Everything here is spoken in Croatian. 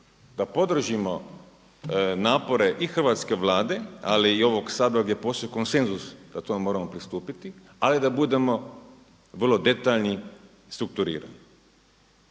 da podržimo napore i hrvatske Vlade ali i ovog Sabora gdje postoji konsenzus da tome moramo pristupiti, ali da budemo vrlo detaljni, strukturirani.